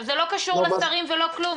זה לא קשור לשרים ולא כלום,